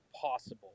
possible